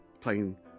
playing